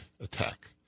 attack